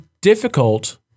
difficult